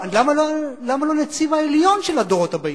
למה לא הנציב העליון של הדורות הבאים?